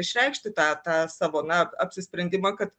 išreikšti tą tą savo na apsisprendimą kad